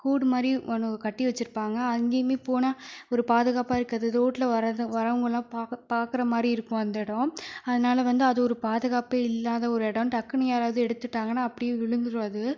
கூடு மாரி ஒன்று கட்டி வச்சுருப்பாங்க அங்கையுமே போனால் ஒரு பாதுகாப்பாக இருக்காது ரோட்டில் வர்றதை வர்றவங்கள்லாம் பார்க்க பாக்கற மாரி இருக்கும் அந்த இடம் அதனால் வந்து அது ஒரு பாதுகாப்பே இல்லாத ஒரு இடம் டக்குன்னு யாராவது எடுத்துட்டாங்கன்னா அப்படியே விழுந்துரும் அது